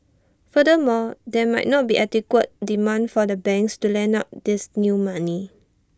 furthermore there might not be adequate demand for the banks to lend out this new money